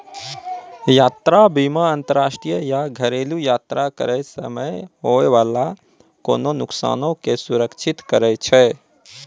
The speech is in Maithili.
यात्रा बीमा अंतरराष्ट्रीय या घरेलु यात्रा करै समय होय बाला कोनो नुकसानो के सुरक्षित करै छै